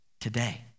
today